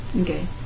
Okay